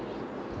mmhmm